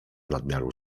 nadmiaru